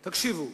"תקשיבו,